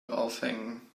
aufhängen